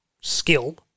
skill